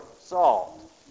salt